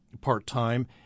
part-time